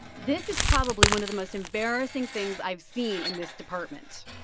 this is probably one of the most embarrassing things i've seen in this department.